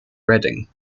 reading